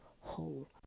whole